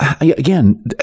again